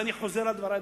ואני חוזר על דברי,